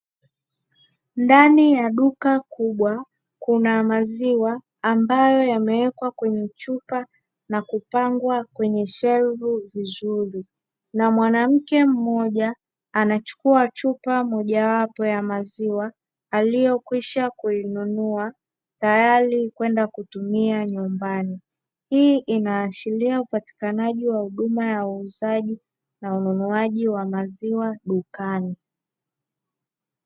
Ndani ya duka kubwa kuna maziwa ambayo yamewekwa kwenye chupa na kupangwa kwenye shelfu vizuri na mwanamke mmoja anachukua chupa mojawapo ya maziwa, aliyokwisha kuinunua tayari kwenda kutumia nyumbani, hii inaashiria upatikanaji wa huduma ya uuzaji na ununuaji wa maziwa dukani.